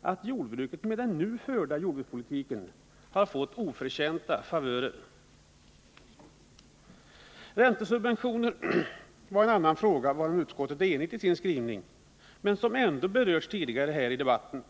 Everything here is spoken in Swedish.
att jordbruket med den nu förda jordbrukspolitiken har fått oförtjänta favörer? Räntesubventionerna var en annan fråga, varom utskottet är enigt i sin skrivning men som ändå berördes tidigare här i debatten.